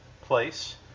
place